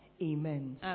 Amen